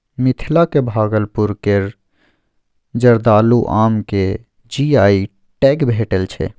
मिथिलाक भागलपुर केर जर्दालु आम केँ जी.आई टैग भेटल छै